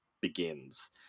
begins